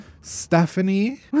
Stephanie